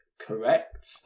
correct